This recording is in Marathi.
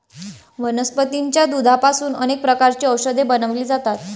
वनस्पतीच्या दुधापासून अनेक प्रकारची औषधे बनवली जातात